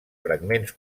fragments